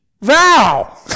vow